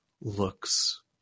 looks